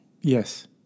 Yes